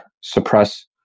suppress